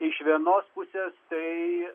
iš vienos pusės tai